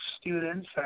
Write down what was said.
students